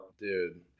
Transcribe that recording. Dude